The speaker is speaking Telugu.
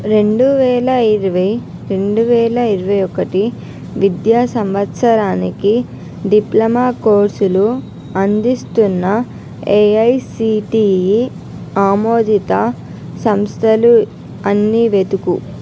రెండు వేల ఇరవై రెండు వేల ఇరవై ఒకటి విద్యా సంవత్సరానికి డిప్లొమా కోర్సులు అందిస్తున్న ఏఐసీటీఈ ఆమోదిత సంస్థలు అన్ని వెతుకు